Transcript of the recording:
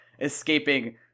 escaping